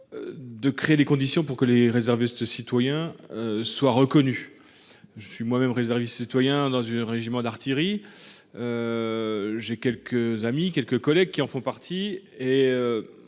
De créer les conditions pour que les réservistes citoyen soit reconnu. Je suis moi-même réserviste citoyen dans une régiment d'artillerie. J'ai quelques amis quelques collègues qui en font partie